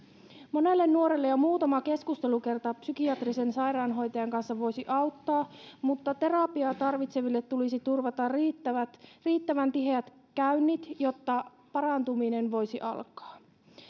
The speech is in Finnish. monta nuorta jo muutama keskustelukerta psykiatrisen sairaanhoitajan kanssa voisi auttaa mutta terapiaa tarvitseville tulisi turvata riittävän tiheät käynnit jotta parantuminen voisi alkaa